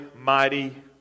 mighty